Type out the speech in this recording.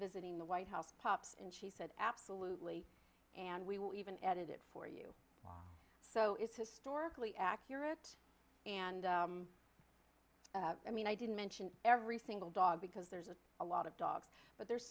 visiting the white house tops and she said absolutely and we will even edit it for you so it's historically accurate and i mean i didn't mention every single dog because there's a lot of dog but there's